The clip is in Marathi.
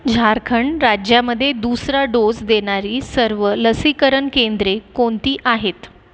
झारखंड राज्यामध्ये दूसरा डोस देणारी सर्व लसीकरण केंद्रे कोणती आहेत